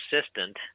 assistant